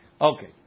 Okay